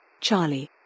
Charlie